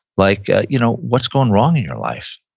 like ah you know what's gone wrong in your life?